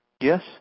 Yes